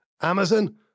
Amazon